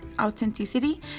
authenticity